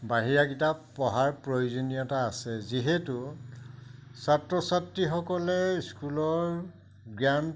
বাহিৰা কিতাপ পঢ়াৰ প্ৰয়োজনীয়তা আছে যিহেতু ছাত্ৰ ছাত্ৰীসকলে স্কুলৰ জ্ঞান